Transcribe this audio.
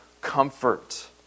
comfort